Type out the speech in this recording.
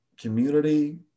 community